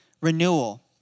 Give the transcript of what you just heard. renewal